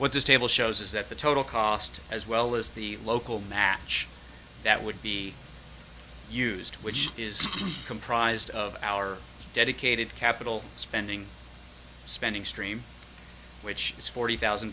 what this table shows is that the total cost as well as the local match that would be used which is comprised of our dedicated capital spending spending stream which is forty thousand